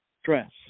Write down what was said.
stress